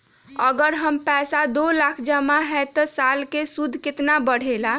अगर हमर पैसा दो लाख जमा है त साल के सूद केतना बढेला?